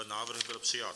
Návrh byl přijat.